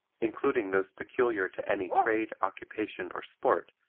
including those peculiar to any trade, occupation or sport,